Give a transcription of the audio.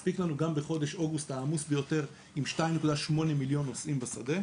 מספיק לנו גם בחודש אוגוסט העמוס ביותר עם 2.8 מיליון נוסעים בשדה,